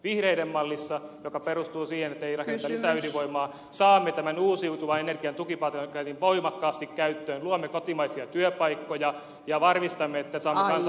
vihreiden mallissa joka perustuu siihen että ei rakenneta lisäydinvoimaa saamme tämän uusiutuvan energian tukipaketin voimakkaasti käyttöön luomme kotimaisia työpaikkoja ja varmistamme että saamme kansainvälisiä vientimarkkinoita